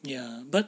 ya but